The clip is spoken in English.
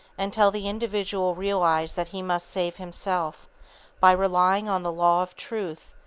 until the individual realize that he must save himself by relying on the law of truth,